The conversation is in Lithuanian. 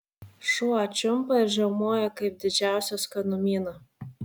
šuo čiumpa ir žiaumoja kaip didžiausią skanumyną